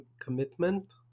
commitment